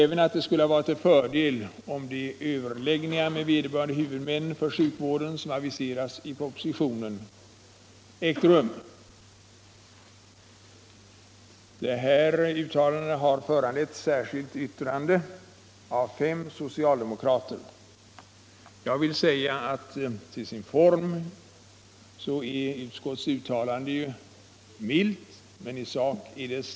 Det skulle också ha varit till fördel om de överläggningar med vederbörande huvudmän för sjukvården som aviseras i propositionen hade ägt rum.” Det här uttalandet har föranlett ett särskilt vtitrande av fem socialdemokrater. Utskottets uttalande är till sin form milt men i sak starkt.